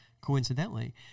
coincidentally